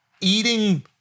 eating